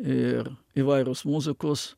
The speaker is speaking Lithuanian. ir įvairūs muzikos